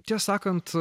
tiesą sakant